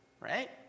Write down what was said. right